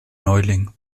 neuling